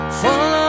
fall